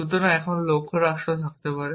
সুতরাং আমি এখন লক্ষ্য রাষ্ট্র থাকতে পারে